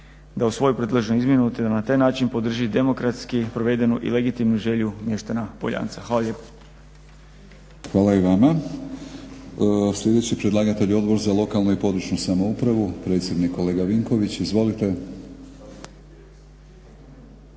da usvoji predloženu izmjenu te da na taj način podrži demokratski provedenu i legitimnu želju mještana Poljanca. Hvala lijepo. **Batinić, Milorad (HNS)** Hvala i vama. Sljedeći predlagatelj je Odbor za lokalnu i područnu samoupravu, predsjednik kolega Vinković. Izvolite.